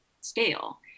scale